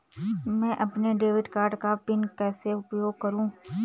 मैं अपने debit card का पिन कैसे उपयोग करूँ?